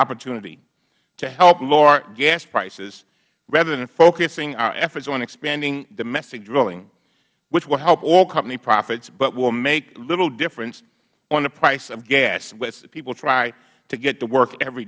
opportunity to help lower gas prices rather than focusing our efforts on expanding domestic drilling which will help oil company profits but will make little difference on the price of gas as people try to get to work every